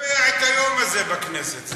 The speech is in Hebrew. לקבע את היום הזה בכנסת.